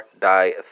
die